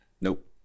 Nope